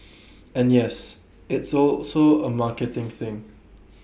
and yes it's also A marketing thing